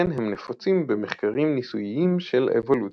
לכן הם נפוצים במחקרים ניסויים של אבולוציה.